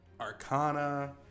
Arcana